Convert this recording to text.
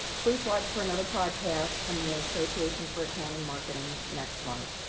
please watch for another podcast from the association for accounting marketing next month.